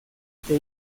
que